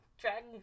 dragon